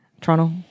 Toronto